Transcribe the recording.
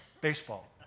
baseball